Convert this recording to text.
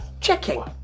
checking